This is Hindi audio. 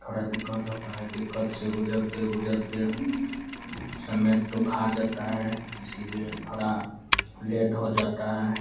थोड़ी दिक़्क़त होती है दिक़्क़त से गुज़रते गुज़रते समय तो खा जाता है इसलिए थोड़ा लेट हो जाता है